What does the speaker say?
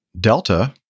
Delta